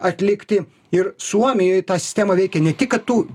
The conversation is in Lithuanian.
atlikti ir suomijoj ta sistema veikia ne tik tu